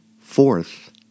fourth